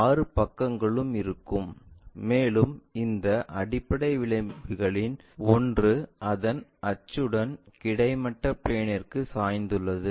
6 பக்கங்களும் இருக்கும் மேலும் இந்த அடிப்படை விளிம்புகளில் ஒன்று அதன் அச்சுடன் கிடைமட்ட பிளேன்ற்கு சாய்ந்துள்ளது